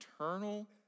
eternal